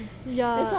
ya